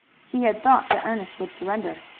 he had thought that ernest would surrender.